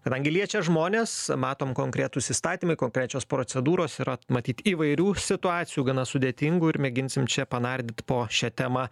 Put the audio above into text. kadangi liečia žmones matom konkretūs įstatymai konkrečios procedūros yra matyt įvairių situacijų gana sudėtingų ir mėginsim čia panardyt po šią temą